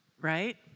Right